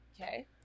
Okay